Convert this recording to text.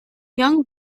young